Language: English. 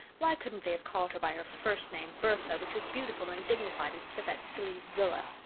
why couldn't they have called her by her first name, bertha, which was beautiful and dignified, instead of that silly rilla?